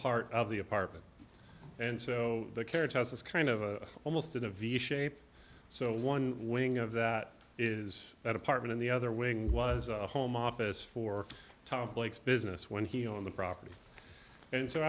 part of the apartment and so the carriage house is kind of a almost in a v shaped so one wing of that is that apartment in the other wing was a home office for tom blake's business when he on the property and so